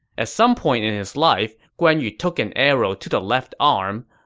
at some point in his life, guan yu took an arrow to the left arm.